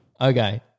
Okay